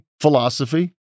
philosophy